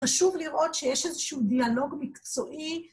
חשוב לראות שיש איזשהו דיאלוג מקצועי.